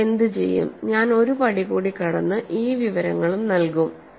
ഞാൻ എന്തുചെയ്യും ഞാൻ ഒരു പടി കൂടി കടന്ന് ഈ വിവരങ്ങളും നൽകും